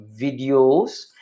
videos